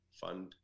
fund